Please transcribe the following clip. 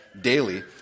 daily